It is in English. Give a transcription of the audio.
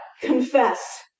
confess